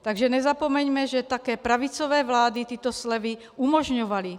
Takže nezapomeňme, že také pravicové vlády tyto slevy umožňovaly.